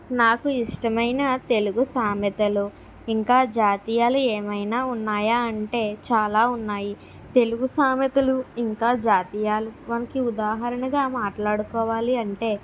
నాకు ఇష్టమైన తెలుగు సామెతలు ఇంకా జాతీయాలు ఏమైనా ఉన్నాయా అంటే చాలా ఉన్నాయి తెలుగు సామెతలు ఇంకా జాతీయాలు మనకి ఉదాహరణగా మాట్లాడుకోవాలి అంటే